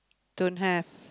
don't have